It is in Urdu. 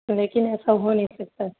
لیکن ایسا ہو نہیں سکتا ہے